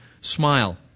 smile